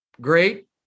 great